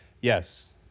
Yes